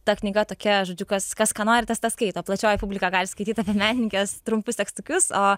ta knyga tokia žodžiu kas kas ką nori tas tą skaito plačioji publika gali skaityt apie menininkes trumpus tekstukus o